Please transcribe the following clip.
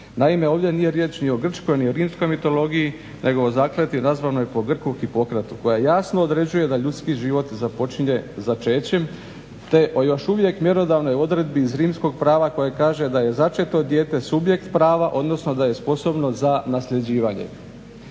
Naime, ovdje nije riječ ni o grčkoj ni o rimskoj mitologiji nego o zakletvi nazvanoj po Grku Hipokratu koja jasno određuje da ljudski život započinje začećem, te o još uvijek mjerodavnoj odredbi iz rimskog prava koja kaže da je začeto dijete subjekt prava, odnosno da je sposobno za nasljeđivanje.